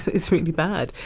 it's really bad.